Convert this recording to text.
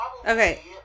Okay